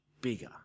bigger